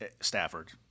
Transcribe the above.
Stafford